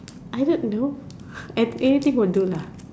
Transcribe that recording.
I don't know at anything would do lah